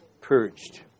purged